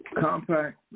Compact